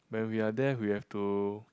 when we are there we have to